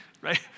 right